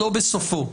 לא בסופו,